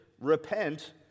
repent